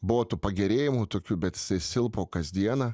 buvo tų pagerėjimų tokių bet jisai silpo kasdieną